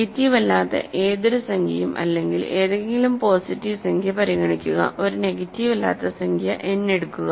negative അല്ലാത്ത ഏതൊരു സംഖ്യയും അല്ലെങ്കിൽ ഏതെങ്കിലും പോസിറ്റീവ് സംഖ്യ പരിഗണിക്കുക ഒരു നെഗറ്റീവ് അല്ലാത്ത സംഖ്യ n എടുക്കുക